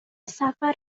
سفر